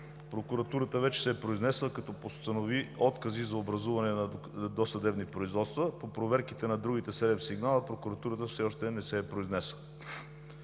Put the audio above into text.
прокуратурата вече се е произнесла, като постанови откази за образуване на досъдебни производства. По проверките на другите седем сигнала прокуратурата все още не се е произнесла.